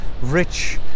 rich